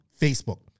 Facebook